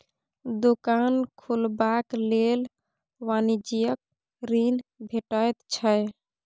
दोकान खोलबाक लेल वाणिज्यिक ऋण भेटैत छै